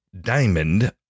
Diamond